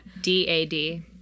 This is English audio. D-A-D